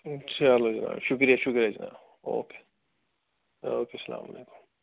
چلو جِناب شُکریہ شُکریہ جِناب اوکے اوکے السلام علیکُم